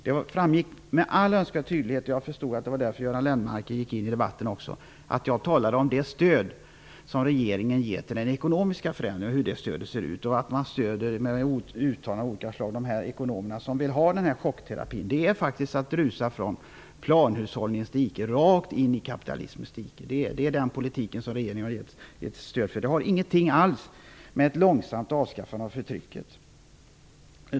Det framgick med all önskvärd tydlighet att -- jag förstår att det är därför Göran Lennmarker gick in i debatten -- jag talade om det stöd som regeringen ger till de ekonomiska förändringarna och om hur det stödet ser ut. Man stöder t.ex. uttalanden från ekonomer som vill ha chockterapi. Man rusar därmed faktiskt från planhushållningens dike rakt ner i kapitalismens dike. Det är denna politik regeringen har gett sitt stöd åt. Det har ingenting med ett långsamt avskaffande av förtrycket att göra.